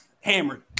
hammered